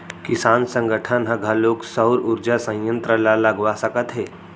किसान संगठन ह घलोक सउर उरजा संयत्र ल लगवा सकत हे